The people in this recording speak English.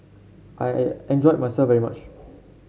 I enjoyed myself very much